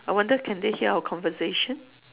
I wonder can they hear our conversation